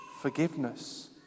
forgiveness